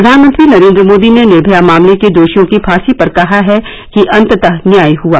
प्रधानमंत्री नरेन्द्र मोदी ने निर्मया मामले के दोषियों की फांसी पर कहा है कि अंतत न्याय हआ